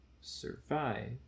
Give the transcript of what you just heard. survive